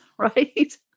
Right